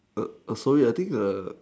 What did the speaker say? sorry I think a